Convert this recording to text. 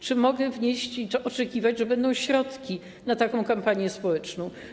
Czy mogę oczekiwać, że będą środki na taką kampanię społeczną?